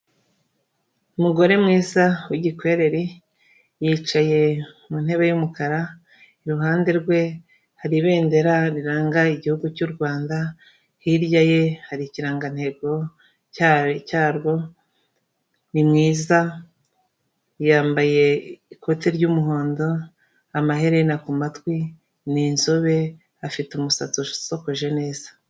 Umugore mwiza w'igikwerere yicaye mu ntebe y'umukara, iruhande rwe hari ibendera riranga igihugu cy'u Rwanda, hirya ye hari ikirangantego cyarwo ni mwiza yambaye ikoti ry'umuhondo amaherena ku matwi n'inzobe, afite umusatsi usokoje neza.